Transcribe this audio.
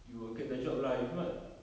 you will get the job lah if not